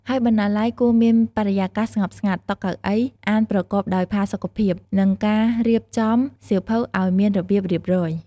ហើយបណ្ណាល័យគួរមានបរិយាកាសស្ងប់ស្ងាត់ តុ កៅអី អានប្រកបដោយផាសុកភាព និងការរៀបចំសៀវភៅឲ្យមានរបៀបរៀបរយ។